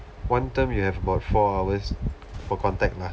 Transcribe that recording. one term you have about four hours for contact lah